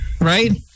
right